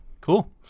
Cool